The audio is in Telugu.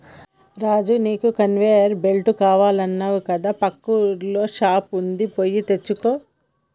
రాజు నీకు కన్వేయర్ బెల్ట్ కావాలన్నావు కదా పక్కూర్ల షాప్ వుంది పోయి తెచ్చుకో